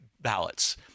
ballots